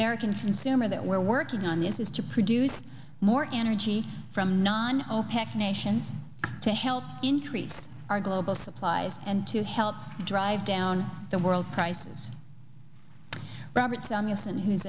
american cinema that we're working on this is to produce more energy from non opec nations to help increase our global supplies and to help drive down the world price robert